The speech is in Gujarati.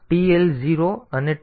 તેથી આ TL0 અને